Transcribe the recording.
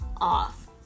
off